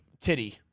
titty